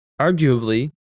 arguably